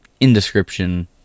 indescription